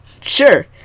Sure